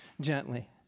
Gently